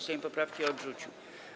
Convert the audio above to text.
Sejm poprawki odrzucił.